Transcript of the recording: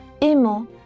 aimant